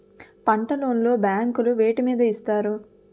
పంట లోన్ లు బ్యాంకులు వేటి మీద ఇస్తాయి?